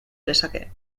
lezake